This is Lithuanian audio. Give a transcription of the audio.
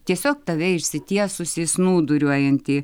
tiesiog tave išsitiesusį snūduriuojantį